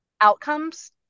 outcomes